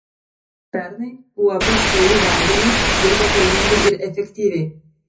pernai uab šiaulių vandenys dirbo pelningai ir efektyviai